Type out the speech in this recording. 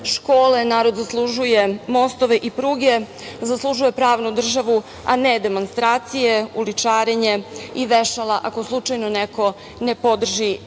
škole, narod zaslužuje mostove i pruge, zaslužuje pravnu državu, a ne demonstracije, uličarenje i vešala ako slučajno neko ne podrži